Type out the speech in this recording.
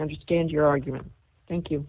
understand your argument thank you